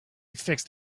fixed